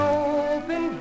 open